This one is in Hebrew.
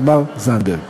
תמר זנדברג.